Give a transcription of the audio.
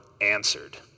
answered